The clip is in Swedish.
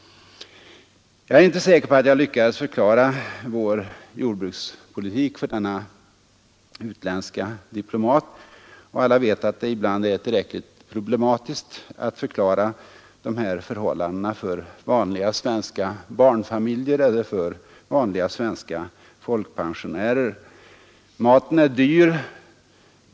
Jag är inte säker på att jag lyckades förklara vår jordbrukspolitik för denne utländske diplomat. Alla vet att det ibland är problematiskt att förklara dessa förhållanden för vanliga svenska barnfamiljer och svenska folkpensionärer. Maten är dyr.